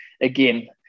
again